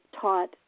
taught